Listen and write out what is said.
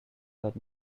that